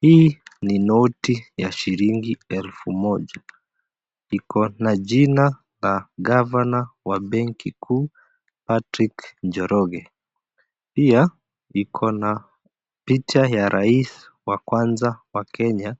Hii ni noti ya shilingi elfu moja. Iko na jina gavana wa benki kuu, Patrick Njoroge. Pia iko na picha ya Rais wa kwanza wa kenya,